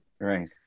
Right